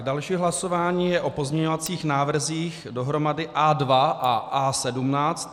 Další hlasování je o pozměňovacích návrzích dohromady A2 a A17.